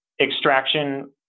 extraction